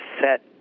set